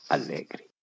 Allegri